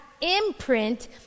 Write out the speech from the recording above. imprint